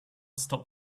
stop